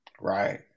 Right